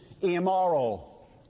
immoral